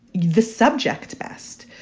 the subject best.